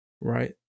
Right